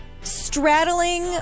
straddling